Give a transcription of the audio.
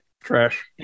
Trash